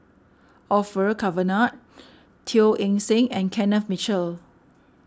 Orfeur Cavenagh Teo Eng Seng and Kenneth Mitchell